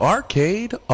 Arcade